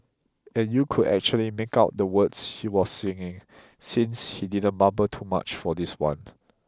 and you could actually make out the words she was singing since she didn't mumble too much for this one